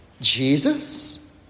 Jesus